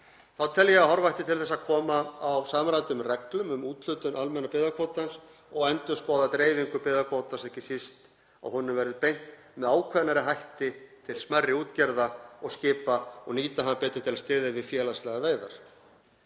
Þá tel ég að horfa ætti til þess að koma á samræmdum reglum um úthlutun almenna byggðakvótans og endurskoða dreifingu byggðakvótans, ekki síst að honum verði beint með ákveðnari hætti til smærri útgerða og skipa og nýta hann betur til að styðja við félagslegar veiðar.